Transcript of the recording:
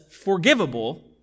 forgivable